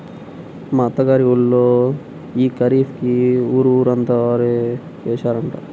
మా అత్త గారి ఊళ్ళో యీ ఖరీఫ్ కి ఊరు ఊరంతా వరే యేశారంట